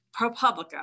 ProPublica